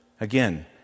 Again